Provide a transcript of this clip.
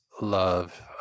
love